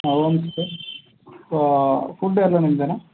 ಹಾಂ home stay food ಎಲ್ಲ ನಿಮ್ಮದೇನಾ